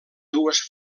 dues